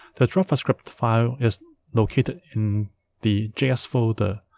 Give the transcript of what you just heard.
the javascript file is located in the js folder.